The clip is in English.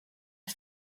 are